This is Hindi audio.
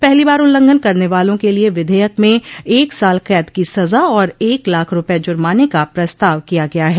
पहली बार उल्लंघन करने वालों के लिए विधेयक में एक साल कैद की सजा और एक लाख रूपये जुर्माने का प्रस्ताव किया गया है